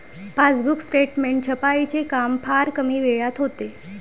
passbook statement छपाईचे काम फार कमी वेळात होते